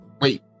wait